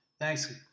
Thanks